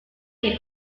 che